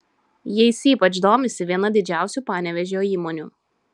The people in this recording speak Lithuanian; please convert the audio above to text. jais ypač domisi viena didžiausių panevėžio įmonių